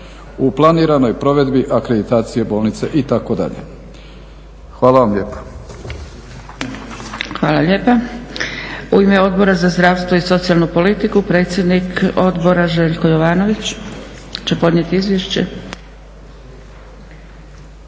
u planiranoj provedbi akreditacije bolnice, itd. Hvala vam lijepo.